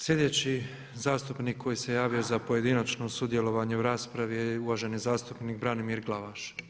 Sljedeći zastupnik koji se javio za pojedinačno sudjelovanje u raspravi je uvaženi zastupnik Branimir Glavaš.